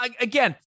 Again